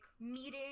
meeting